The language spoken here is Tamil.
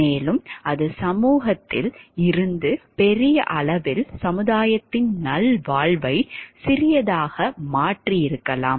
மேலும் அது சமூகத்தில் இருந்து பெரிய அளவில் சமுதாயத்தின் நல்வாழ்வை சிறியதாக மாற்றியிருக்கலாம்